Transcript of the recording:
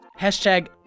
Hashtag